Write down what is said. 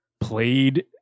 played